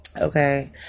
Okay